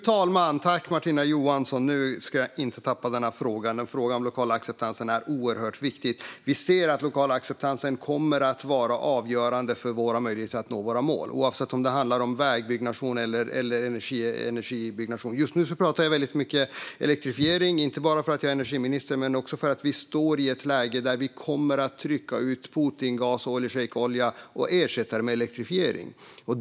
Fru talman! Nu ska jag inte tappa den här frågan. Frågan om den lokala acceptansen är oerhört viktig. Vi ser att den lokala acceptansen kommer att vara avgörande för våra möjligheter att nå våra mål, oavsett om det handlar om vägbyggnation eller energibyggnation. Just nu pratar jag väldigt mycket om elektrifiering, inte bara därför att jag är energiminister utan också därför att vi befinner oss i ett läge där vi kommer att trycka ut Putingas och oljeschejksolja och ersätta dem med elektrifiering.